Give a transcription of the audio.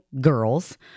girls